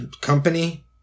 company